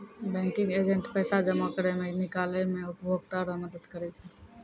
banking agent पैसा जमा करै मे, निकालै मे उपभोकता रो मदद करै छै